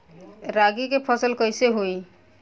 रागी के फसल कईसे होई?